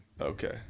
Okay